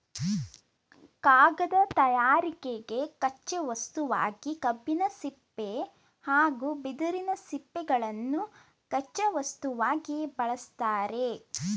ಕಾಗದ ತಯಾರಿಕೆಗೆ ಕಚ್ಚೆ ವಸ್ತುವಾಗಿ ಕಬ್ಬಿನ ಸಿಪ್ಪೆ ಹಾಗೂ ಬಿದಿರಿನ ಸಿಪ್ಪೆಗಳನ್ನು ಕಚ್ಚಾ ವಸ್ತುವಾಗಿ ಬಳ್ಸತ್ತರೆ